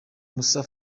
musa